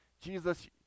Jesus